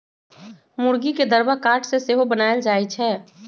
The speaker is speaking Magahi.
मूर्गी के दरबा काठ से सेहो बनाएल जाए छै